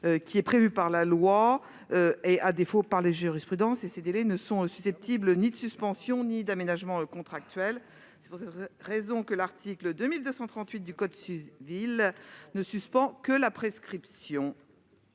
qui est prévu par la loi ou, à défaut, par les jurisprudences. Ces délais ne sont susceptibles ni de suspension ni d'aménagement contractuel. C'est pour cette raison que l'article 2238 du code civil ne suspend que la prescription.